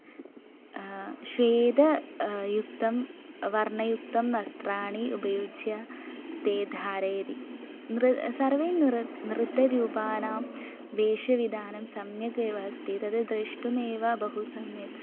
श्वेत युक्तं वर्णयुक्तं वस्त्राणि उपयुज्य ते धारयति नृ सर्वे नृ नृत्यरूपाणां वेशविधानं सम्यक् एव अस्ति तद् द्रष्टुमेव बहु सम्यक्